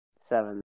seven